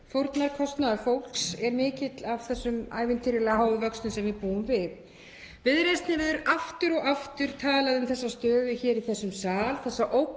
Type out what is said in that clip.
Fórnarkostnaður fólks er mikill af þessum ævintýralega háum vöxtum sem við búum við. Viðreisn hefur aftur og aftur talað um þessa stöðu hér í þessum sal, þessa